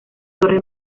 torre